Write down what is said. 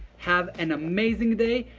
have an amazing day,